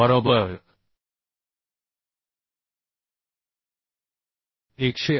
बरोबर 188